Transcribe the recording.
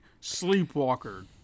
Sleepwalker